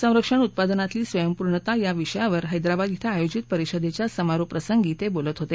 संरक्षण उत्पादनातली स्वयंपूर्णता या विषयावर हैद्राबाद ििं आयोजित परिषदेच्या समारोप प्रसंगी ते बोलत होते